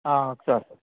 हां सांग